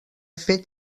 fet